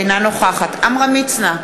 אינה נוכחת עמרם מצנע,